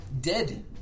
Dead